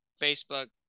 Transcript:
Facebook